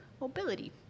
mobility